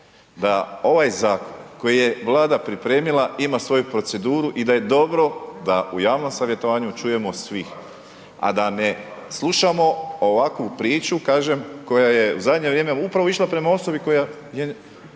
da ovaj zakon koji je Vlada pripremila ima svoju proceduru i da je dobro da u javnom savjetovanju čujemo svih a da ne slušamo ovakvu priču kažem, koja je u zadnje vrijeme upravo išla prema osobi koja